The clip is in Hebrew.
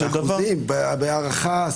בהערכה,